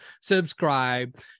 Subscribe